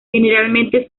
generalmente